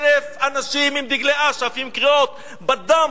1,000 אנשים עם דגלי אש"ף ועם קריאות "בדם,